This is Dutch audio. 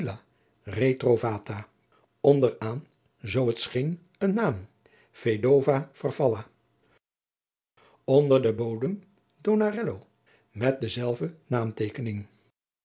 onder aan zoo het scheen een naam vedova farfalla onder den bodem donarello met dezelfde naamteekening